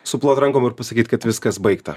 suplot rankom ir pasakyt kad viskas baigta